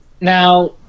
Now